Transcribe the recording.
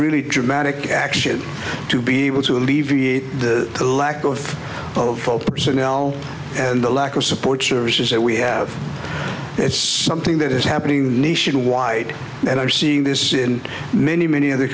really dramatic action to be able to alleviate the lack of of folk personnel and the lack of support services that we have it's something that is happening nationwide that are seeing this in many many other